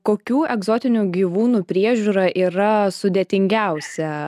kokių egzotinių gyvūnų priežiūra yra sudėtingiausia